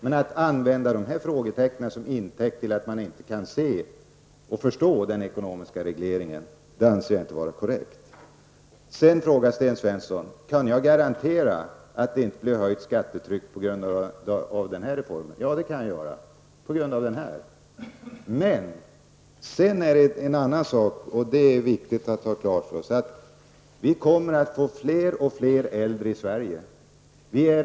Men att använda dessa frågetecken som intäkt för att säga att man inte kan se och förstå den ekonomiska regleringen anser jag inte vara korrekt. Sten Svensson frågar om jag kan garantera att det inte bli höjt skattetryck till följd av denna reform. Ja, det kan jag. Men sedan är det viktigt att vi också har klart för oss att det blir fler och fler äldre i Sverige.